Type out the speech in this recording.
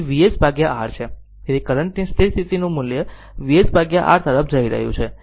તેથી કરંટ ની સ્થિર સ્થિતિ મૂલ્ય VsR તરફ જઈ રહ્યું છે